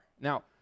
now